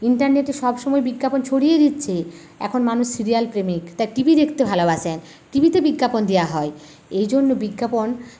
ইন্টারনেটে সবসময় বিজ্ঞাপন ছড়িয়ে দিচ্ছে এখন মানুষ সিরিয়াল প্রেমিক তাই টিভি দেখতে ভালোবাসে টিভিতে বিজ্ঞাপন দেওয়া হয় এই জন্য বিজ্ঞাপন